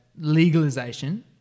legalisation